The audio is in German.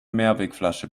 mehrwegflasche